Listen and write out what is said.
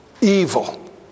evil